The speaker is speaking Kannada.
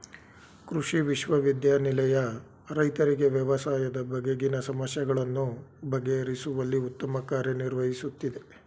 ಕೃಷಿ ವಿಶ್ವವಿದ್ಯಾನಿಲಯ ರೈತರಿಗೆ ವ್ಯವಸಾಯದ ಬಗೆಗಿನ ಸಮಸ್ಯೆಗಳನ್ನು ಬಗೆಹರಿಸುವಲ್ಲಿ ಉತ್ತಮ ಕಾರ್ಯ ನಿರ್ವಹಿಸುತ್ತಿದೆ